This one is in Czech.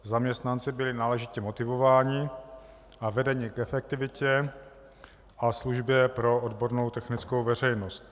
Zaměstnanci byli náležitě motivováni a vedeni k efektivitě a službě pro odbornou technickou veřejnost.